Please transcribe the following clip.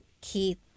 Keith